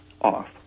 off